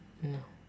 mm